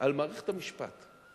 על מערכת המשפט".